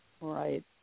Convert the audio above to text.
right